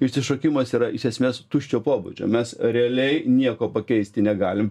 išsišokimas yra iš esmės tuščio pobūdžio mes realiai nieko pakeisti negalim